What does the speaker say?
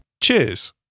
Cheers